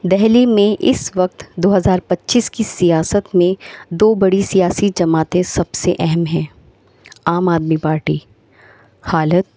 دہلی میں اس وقت دو ہزار پچیس کی سیاست میں دو بڑی سیاسی جماعتیں سب سے اہم ہیں عام آدمی پارٹی حالت